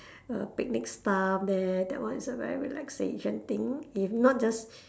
uh picnic stuff there that one is a very relaxation thing if not just